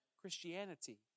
Christianity